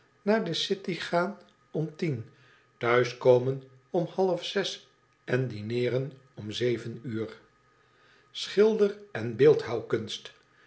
naar de city gaan om tien thuiskomen om half zes en dineeren om zeven uur schilder en